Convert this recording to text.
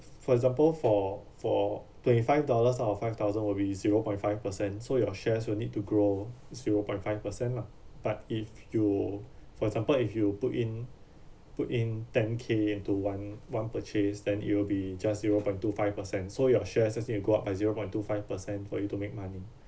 for example for for twenty five dollars or five thousand will be zero point five percent so your shares will need to grow zero point five percent lah but if you for example if you put in put in ten K into one one purchase than it will be just zero point two five percent so your shares let's say it will go up by zero point two five percent for you to make money